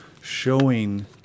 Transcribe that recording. showing